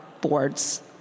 boards